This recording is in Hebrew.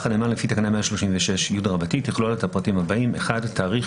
הנאמן לפי תקנה 136י תכלול את הפרטים הבאים: תאריך,